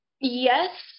Yes